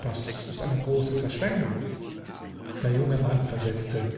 das ist eine große verschwendung der junge mann versetzte